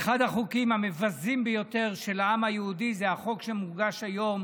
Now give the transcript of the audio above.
אחד החוקים המבזים ביותר של העם היהודי זה החוק שמוגש היום